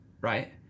right